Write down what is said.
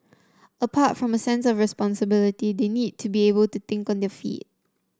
apart from a sense of responsibility they need to be able to think on their feet